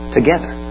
Together